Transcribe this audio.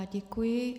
Děkuji.